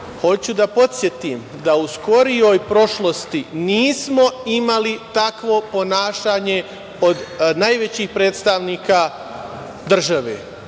hoću da podsetim da u skorijoj prošlosti nismo imali takvo ponašanje od najvećih predstavnika države.